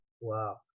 Wow